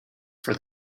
for